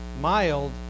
Mild